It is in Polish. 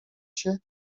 się